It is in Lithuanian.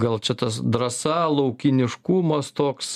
gal čia tas drąsa laukiniškumas toks